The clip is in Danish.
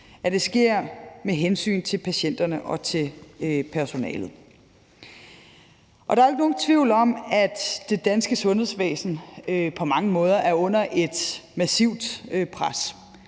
og det sker med hensyntagen til patienterne og personalet. Der er ikke nogen tvivl om, at det danske sundhedsvæsen på mange måder er under et massivt pres,